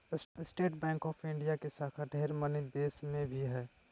state Bank of India के शाखा ढेर मनी देश मे भी हय